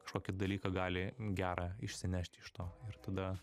kažkokį dalyką gali gerą išsinešti iš to ir tada